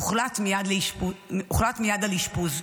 הוחלט מייד על אשפוז.